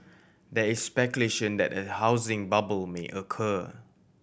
there is speculation that a housing bubble may occur